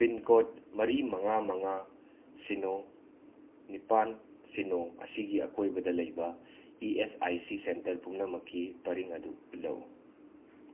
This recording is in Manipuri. ꯄꯤꯟ ꯀꯣꯠ ꯃꯔꯤ ꯃꯉꯥ ꯃꯉꯥ ꯁꯤꯅꯣ ꯅꯤꯄꯥꯟ ꯁꯤꯅꯣ ꯑꯁꯤꯒꯤ ꯑꯀꯣꯏꯕꯗ ꯂꯩꯕ E S I C centre ꯄꯨꯝꯅꯃꯛꯀꯤ ꯄꯔꯤꯡ ꯑꯗꯨ ꯎꯠꯂꯛꯎ